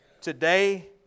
today